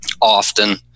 often